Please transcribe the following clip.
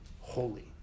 holy